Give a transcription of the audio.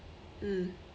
mm